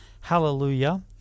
Hallelujah